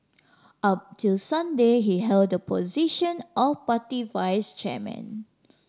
up till Sunday he held the position of party vice chairman